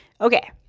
Okay